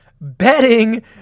betting